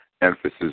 Emphasis